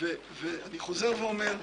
ואני מבקש להפסיק את זה.